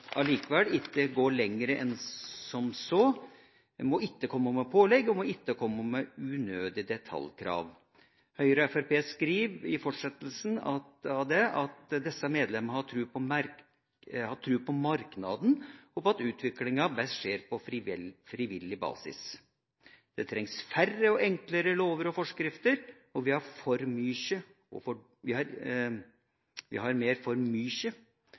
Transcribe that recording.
allikevel ikke gå lenger enn som så. Den må ikke komme med pålegg eller unødige detaljkrav. Høyre og Fremskrittspartiet skriver videre: «Desse medlemene har tru på marknaden, og på at utviklinga best skjer på frivillig basis De sier at det heller trengs færre og enklere lover og forskrifter – og at vi har «for mykje og for dårleg bygningspolitikk» – enn en offensiv bygningspolitikk. Dette er defensivt. Dette er ikke i tråd med de signaler som jeg har